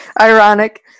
Ironic